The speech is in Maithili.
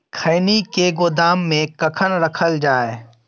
खैनी के गोदाम में कखन रखल जाय?